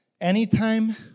anytime